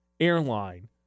Airline